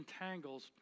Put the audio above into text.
entangles